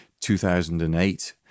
2008